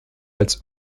als